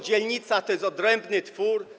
Dzielnica to jest odrębny twór?